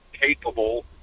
capable